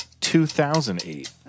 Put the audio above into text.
2008